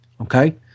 Okay